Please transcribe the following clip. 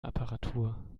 apparatur